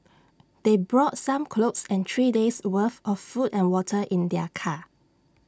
they brought some clothes and three days worth of food and water in their car